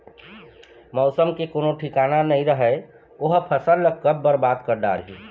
मउसम के कोनो ठिकाना नइ रहय ओ ह फसल ल कब बरबाद कर डारही